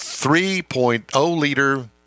3.0-liter